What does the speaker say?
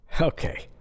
Okay